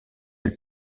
elle